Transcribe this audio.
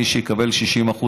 שמי שיקבל 60%,